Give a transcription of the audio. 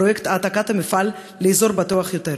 פרויקט העתקת המפעל לאזור בטוח יותר.